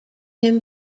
him